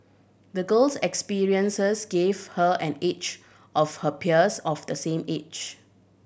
the girl's experiences gave her an edge of her peers of the same age